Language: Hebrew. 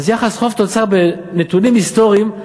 אז יחס חוב תוצר בנתונים היסטוריים,